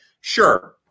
Sure